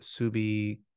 Subi